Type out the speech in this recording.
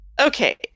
Okay